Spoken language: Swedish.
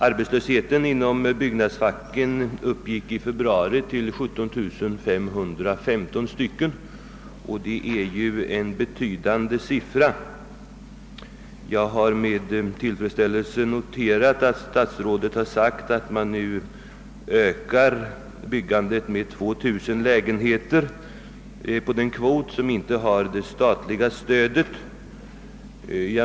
Arbetslösheten inom byggnadsfacket uppgick i februari till 17 515 personer, och det är ju en betydande siffra. Jag har med tillfredsställelse noterat att statsrådet sagt att man nu ökar byggandet med 2000 lägenheter på den kvot som inte har statligt stöd.